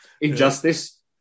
injustice